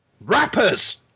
Rappers